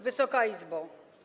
Wysoka Izbo!